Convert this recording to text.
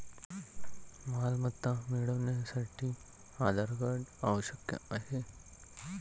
मालमत्ता मिळवण्यासाठी आधार कार्ड आवश्यक आहे